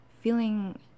feeling